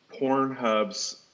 Pornhub's